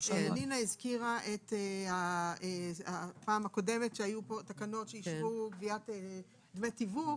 לינא הזכירה את הפעם הקודמת שהיו תקנות שאז אישרו גביית דמי תיווך.